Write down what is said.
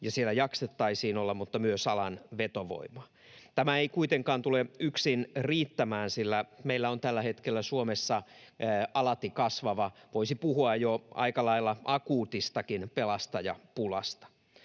ja siellä jaksettaisiin olla, mutta myös lisäämään alan vetovoimaa. Tämä ei kuitenkaan tule yksin riittämään, sillä meillä on tällä hetkellä Suomessa alati kasvava pelastajapula, voisi puhua jo aika lailla akuutistakin pulasta.